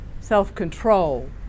self-control